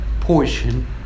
portion